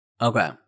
okay